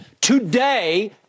Today